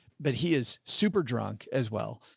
but he is super drunk as well,